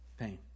Pain